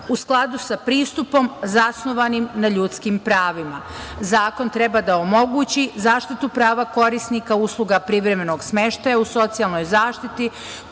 skladu sa pristupom zasnovanim na ljudskim pravima Zakon treba da omogući zaštitu prava korisnika usluga privremenog smeštaja u socijalnoj zaštiti